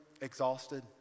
exhausted